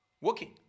working